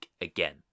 again